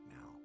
now